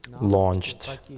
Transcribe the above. launched